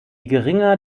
geringer